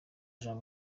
jean